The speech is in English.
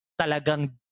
talagang